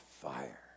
fire